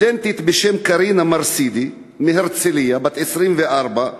קארינה מרסידי מהרצלייה, בת 24,